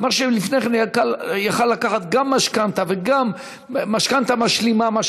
לפני כן הוא יכול היה לקחת גם משכנתה וגם מה שנקרא משכנתה משלימה.